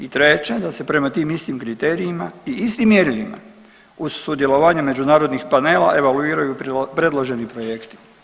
I treće da se prema tim istim kriterijima i istim mjerilima uz sudjelovanje međunarodnih panela evaluiraju predloženi projekti.